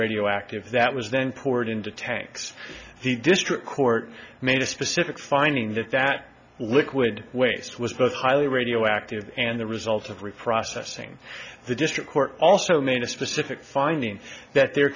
radioactive that was then poured into tanks the district court made a specific finding that that liquid waste was both highly radioactive and the result of reprocessing the district court also made a specific finding that there